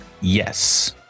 Yes